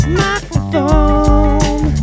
microphone